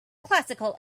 classical